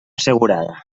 assegurada